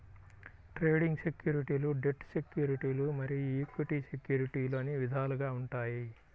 trading సెక్యూరిటీలు debt సెక్యూరిటీలు మరియు ఈక్విటీ సెక్యూరిటీలు అని విధాలుగా ఉంటాయి